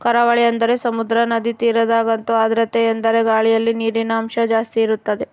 ಕರಾವಳಿ ಅಂದರೆ ಸಮುದ್ರ, ನದಿ ತೀರದಗಂತೂ ಆರ್ದ್ರತೆಯೆಂದರೆ ಗಾಳಿಯಲ್ಲಿ ನೀರಿನಂಶ ಜಾಸ್ತಿ ಇರುತ್ತದೆ